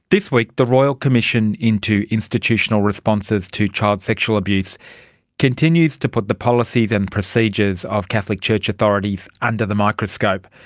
this week the royal commission into institutional responses to child sexual abuse continues to put the policies and procedures of catholic church authorities under the microscope.